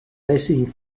racing